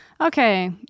Okay